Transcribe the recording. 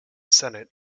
senate